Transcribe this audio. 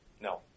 No